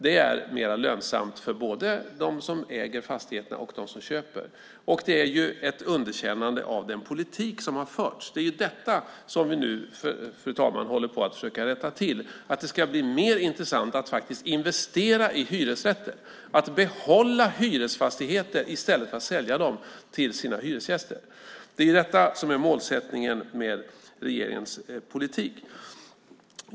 Det är mer lönsamt för både dem som äger fastigheterna och dem som köper. Detta är ett underkännande av den politik som har förts. Det är detta vi nu försöker rätta till så att det ska bli mer intressant att faktiskt investera i hyresrätter och att behålla hyresfastigheter i stället för att sälja dem till hyresgästerna. Det är detta som är målsättningen med regeringens politik.